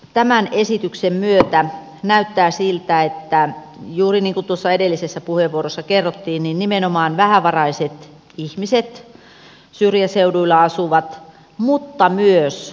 tämän esityksen myötä näyttää siltä että juuri niin kuin edellisessä puheenvuorossa kerrottiin nimenomaan vähävaraiset ihmiset syrjäseuduilla asuvat mutta myös huom